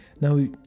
Now